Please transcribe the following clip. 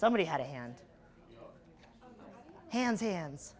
somebody had a hand hands hands